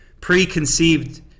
preconceived